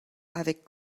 avec